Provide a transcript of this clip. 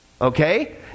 okay